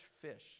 fish